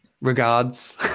regards